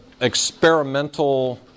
experimental